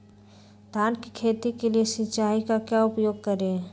धान की खेती के लिए सिंचाई का क्या उपयोग करें?